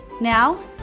Now